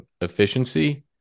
efficiency